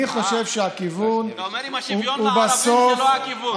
אה, אתה אומר: אם השוויון לערבים, זה לא הכיוון.